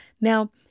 Now